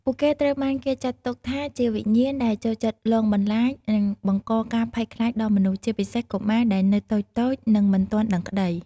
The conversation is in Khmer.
ពួកគេត្រូវបានគេចាត់ទុកថា ជាវិញ្ញាណដែលចូលចិត្តលងបន្លាច និងបង្កការភ័យខ្លាចដល់មនុស្ស ជាពិសេសកុមារដែលនៅតូចៗ និងមិនទាន់ដឹងក្តី។